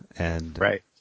Right